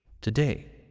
Today